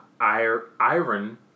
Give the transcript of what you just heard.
iron